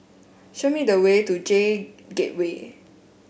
show me the way to J Gateway